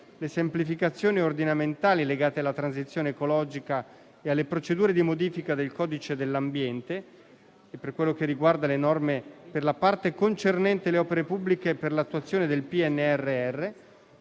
le semplificazioni ordinamentali legate alla transizione ecologica e alle procedure di modifica del codice dell'ambiente, nella parte relativa alle norme concernenti le opere pubbliche per l'attuazione del PNRR,